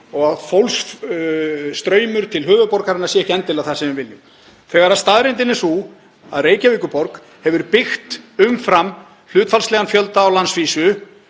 og fólksstraumur til höfuðborgarinnar sé ekki endilega það sem við viljum, þegar staðreyndin er sú að Reykjavíkurborg hefur byggt umfram hlutfallslegan fjölda á landsvísu